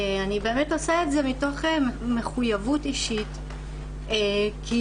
אני באמת עושה את זה מתוך מחויבות אישית, כי